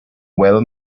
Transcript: well